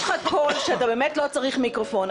יש לך קול שאתה באמת לא צריך מיקרופון,